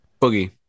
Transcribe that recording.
Boogie